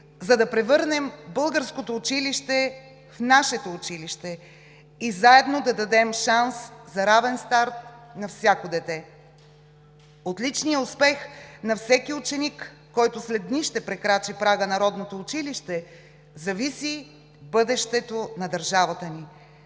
за да превърнем българското училище в нашето училище и заедно да дадем шанс за равен старт на всяко дете. От личния успех на всеки ученик, който след дни ще прекрачи прага на родното училище, зависи бъдещето на държавата ни.